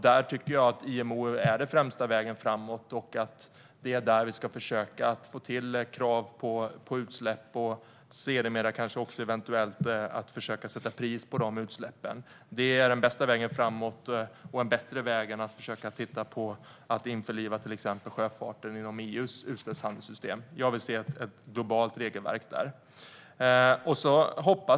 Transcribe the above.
Där tycker jag att IMO är den främsta vägen framåt och att det är där vi ska försöka få till krav på utsläpp och sedermera eventuellt försöka sätta pris på utsläppen. Det är den bästa vägen framåt och en bättre väg än att till exempel införliva sjöfarten inom EU:s utsläppshandelssystem. Jag vill se ett globalt regelverk där. Herr talman!